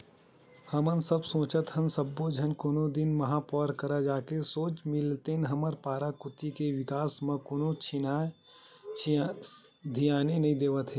हमन सब सोचत हन सब्बो झन कोनो दिन महापौर करा जाके सोझ मिलतेन हमर पारा कोती के बिकास म कोनो धियाने नइ देवत हे